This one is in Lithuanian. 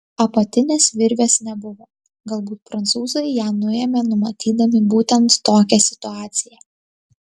apatinės virvės nebuvo galbūt prancūzai ją nuėmė numatydami būtent tokią situaciją